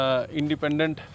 independent